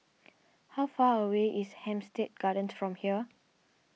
how far away is Hampstead Gardens from here